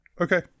Okay